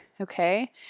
okay